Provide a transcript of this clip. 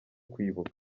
kwibuka